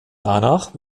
danach